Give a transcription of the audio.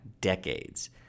decades